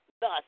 Thus